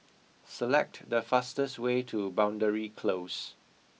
select the fastest way to Boundary Close